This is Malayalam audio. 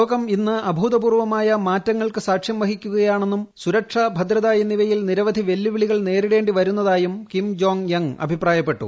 ലോകം ഇന്ന് അഭൂതപൂർവ്വമായ മാറ്റങ്ങൾക്ക് സാക്ഷ്യം വഹിക്കുകയാണെന്നും സുരക്ഷ ഭദ്രത എന്നിവയിൽ നിരവധി വെല്ലുവിളികൾ നേരിടേണ്ടി വരുന്നതായി കിം ജോങ് യങ് അഭിപ്രായപ്പെട്ടു